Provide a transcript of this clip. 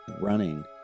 running